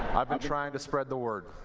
i've been trying to spread the word.